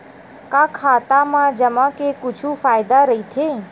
का खाता मा जमा के कुछु फ़ायदा राइथे?